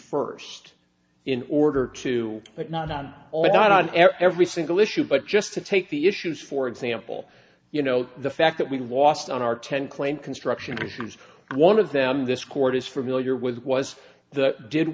first in order to but not on all not on every single issue but just to take the issues for example you know the fact that we lost on our ten claim construction issues one of them this court is for mill your was was the did